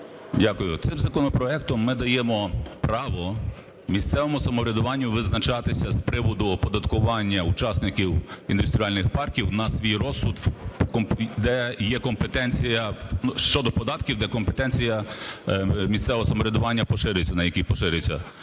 Дякую. Цим законопроектом ми даємо право місцевому самоврядуванню визначатися з приводу оподаткування учасників індустріальних парків на свій розсуд щодо податків, де компетенція місцевого самоврядування поширюється, на який поширюється